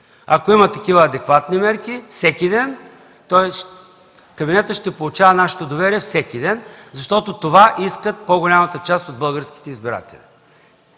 Ако има такива адекватни мерки всеки ден, кабинетът ще получава нашето доверие всеки ден, защото това искат по-голямата част от българските избиратели.